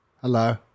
Hello